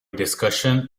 discussion